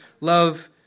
love